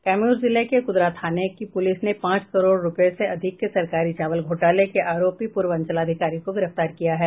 कैमूर जिले के कुदरा थाने की पुलिस ने पांच करोड़ रुपये से अधिक के सरकारी चावल घोटाले के आरोपी पूर्व अंचलाधिकारी को गिरफ्तार किया है